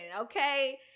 okay